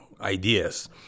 ideas